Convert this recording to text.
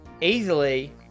...easily